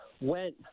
went